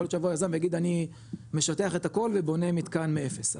יכול להיות שיבוא יזם ויגיד אני משטח את הכל ובונה מתקן מאפס,